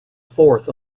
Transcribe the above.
fourth